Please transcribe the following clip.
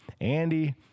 Andy –